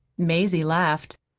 mazie laughed.